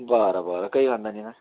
बरं बरं काही वांदा नाही आहे